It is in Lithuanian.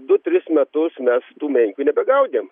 du tris metus mes tų menkių nebegaudėm